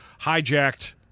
hijacked